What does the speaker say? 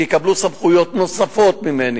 שיקבלו סמכויות נוספות ממני.